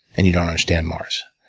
and you don't understand mars.